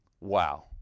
Wow